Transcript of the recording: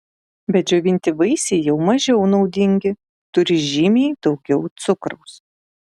bet džiovinti vaisiai jau mažiau naudingi turi žymiai daugiau cukraus